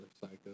psycho